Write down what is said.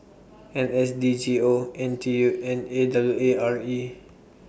N S D G O N T U and A W A R E